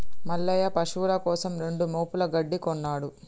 మల్లయ్య పశువుల కోసం రెండు మోపుల గడ్డి కొన్నడు